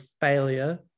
failure